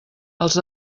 els